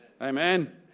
amen